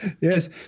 Yes